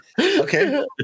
Okay